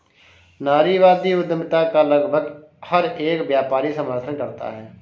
नारीवादी उद्यमिता का लगभग हर एक व्यापारी समर्थन करता है